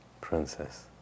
Princess